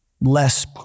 less